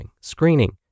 screening